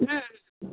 হুম হুঁ